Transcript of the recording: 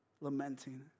lamenting